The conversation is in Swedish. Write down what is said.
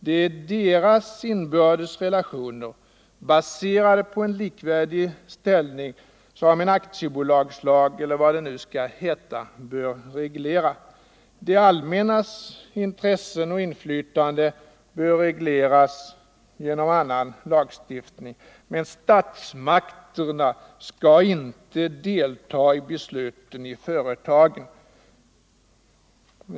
Det är deras inbördes relationer, baserade på en likvärdig ställning, som en aktiebolagslag eller vad den nu skall heta bör reglera. Det allmännas intressen och inflytande bör regleras genom annan lagstiftning. Statsmakterna skall inte delta i företagens beslut.